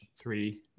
three